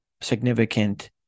significant